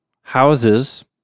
houses